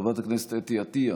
חברת הכנסת אתי עטייה,